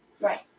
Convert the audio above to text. right